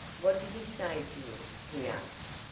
what did he say to you? he asked.